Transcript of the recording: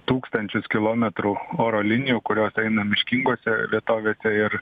tūkstančius kilometrų oro linijų kurios eina miškingose vietovėse ir